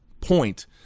point